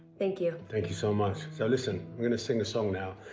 thank you. thank you so much. so, listen, i'm going to sing a song now,